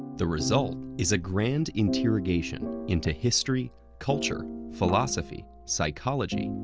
the result is a grand interrogation into history, culture, philosophy, psychology,